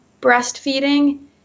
breastfeeding